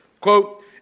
quote